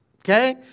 okay